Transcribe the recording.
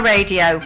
Radio